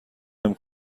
بهم